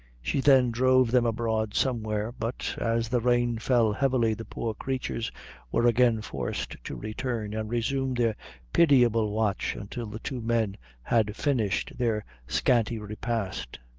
she then drove them abroad somewhere, but as the rain fell heavily the poor creatures were again forced to return, and resume their pitiable watch until the two men had finished their scanty repast.